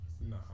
Nah